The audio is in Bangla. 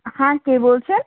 হ্যাঁ কে বলছেন